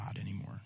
anymore